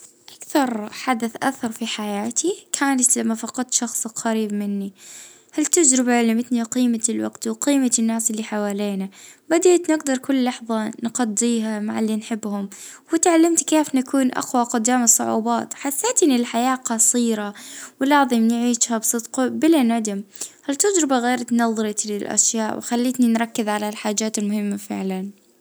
اه وفاة أخوي الله يرحمه كان أصعب اه لحظة، اه علمني جيمة الحياة والناس اللي حواليا، وخلاني نكون أجوى ونواجه الدنيا بروح جديدة.